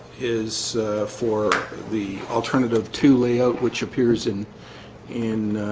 is for the alternative to layout which appears in in